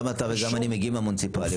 גם אתה וגם אני מגיעים מהמוניציפלי,